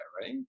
right